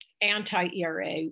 anti-ERA